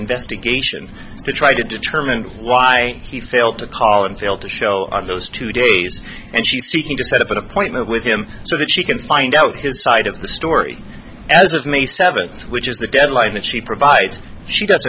investigation to try to determine why he failed to call and failed to show up those two days and she's seeking to set up an appointment with him so that she can find out his side of the story as of may seventh which is the deadline that she provides she